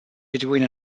between